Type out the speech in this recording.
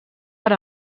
per